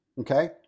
Okay